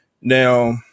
Now